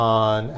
on